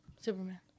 Superman